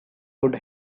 would